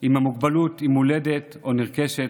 אם המוגבלות היא מולדת או נרכשת.